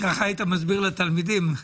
ככה היית מסביר לתלמידים?